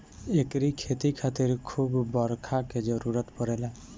एकरी खेती खातिर खूब बरखा के जरुरत पड़ेला